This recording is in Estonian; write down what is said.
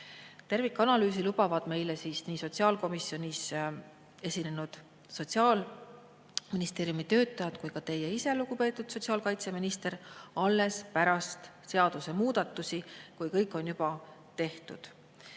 Tervikanalüüsi lubavad meile nii sotsiaalkomisjonis esinenud Sotsiaalministeeriumi töötajad kui ka teie ise, lugupeetud sotsiaalkaitseminister, alles pärast seadusemuudatusi, kui kõik on juba tehtud.